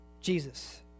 Jesus